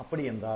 அப்படி என்றால்